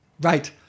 Right